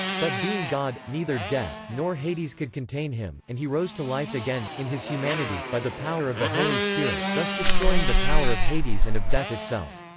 but being god, neither death nor hades could contain him, and he rose to life again, in his humanity, by the power of the holy spirit, thus destroying the power of hades and of death itself.